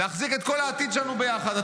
להחזיק את כול העתיד שלנו ביחד.